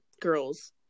girls